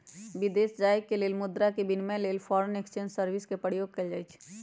विदेश जाय के लेल मुद्रा के विनिमय लेल फॉरेन एक्सचेंज सर्विस के प्रयोग कएल जाइ छइ